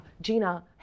Gina